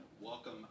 welcome